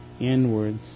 inwards